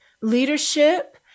leadership